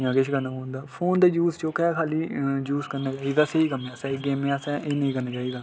phone दा use जोह्का ऐ खाल्ली यूज करना चाहिदा स्हेई कम्मै आस्तै गेमें आस्तै नेईं करना चाहिदा